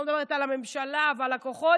לא מדברת על הממשלה ועל הכוחות,